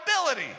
ability